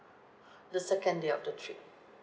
the second day of the trip